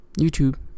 youtube